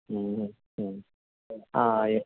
മ്മ് മ്മ് ആ